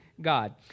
God